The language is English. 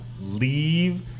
leave